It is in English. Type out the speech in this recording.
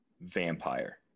vampire